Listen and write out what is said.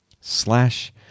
slash